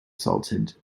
salted